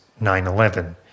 9-11